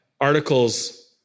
articles